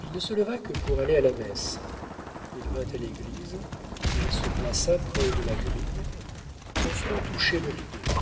il ne se leva que pour aller à la messe il vint à l'église il se plaça près de la grille son front touchait le rideau